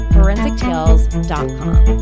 ForensicTales.com